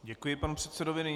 Děkuji panu předsedovi.